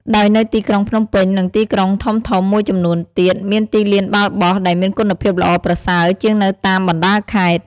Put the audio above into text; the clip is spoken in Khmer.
ដោយនៅទីក្រុងភ្នំពេញ និងទីក្រុងធំៗមួយចំនួនទៀត មានទីលានបាល់បោះដែលមានគុណភាពល្អប្រសើរជាងនៅតាមបណ្ដាខេត្ត។